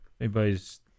Anybody's